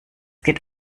geht